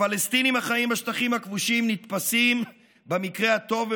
הפלסטינים החיים בשטחים הכבושים נתפסים במקרה הטוב,